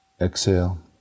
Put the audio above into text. exhale